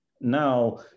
now